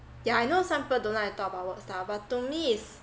yeah I know some people don't like to talk about work stuff but to me is